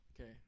Okay